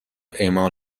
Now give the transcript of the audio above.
اعمال